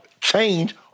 change